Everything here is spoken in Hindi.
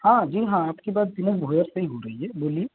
हाँ जी हाँ आप की बात विनय भोयर से ही हो रही है बोलिए